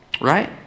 Right